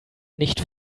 nicht